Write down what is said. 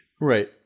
Right